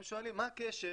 הם שואלים מה הקשר,